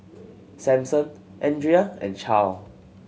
Samson Andria and Charle